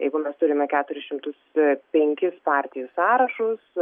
jeigu mes turime keturis šimtus penkis partijų sąrašus